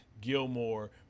Gilmore